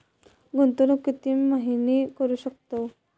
गुंतवणूक किती महिने करू शकतव?